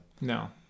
No